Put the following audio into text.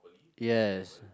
yes